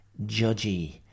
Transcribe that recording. judgy